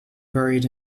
buried